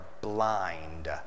blind